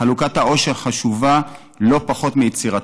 חלוקת העושר חשובה לא פחות מיצירתו.